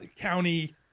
county